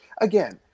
again